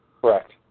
Correct